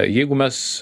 jeigu mes